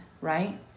right